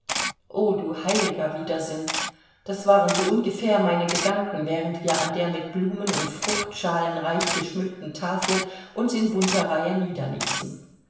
o du heiliger widersinn das waren so ungefähr meine gedanken während wir an der mit blumen und fruchtschalen reich geschmückten tafel uns in bunter reihe niederließen